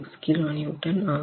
6 kN ஆகும்